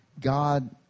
God